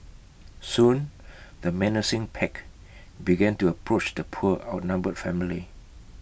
soon the menacing pack began to approach the poor outnumbered family